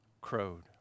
crowed